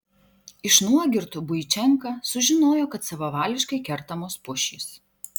iš nuogirdų buičenka sužinojo kad savavališkai kertamos pušys